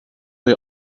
pay